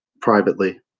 privately